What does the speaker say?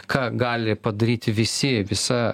ką gali padaryti visi visa